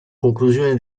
conclusione